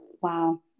Wow